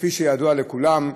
כפי שידוע לכולם,